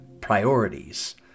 priorities